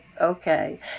Okay